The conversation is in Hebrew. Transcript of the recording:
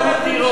רונית תירוש,